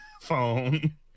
phone